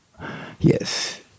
Yes